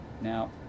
Now